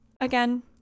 again